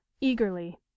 eagerly